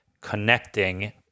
connecting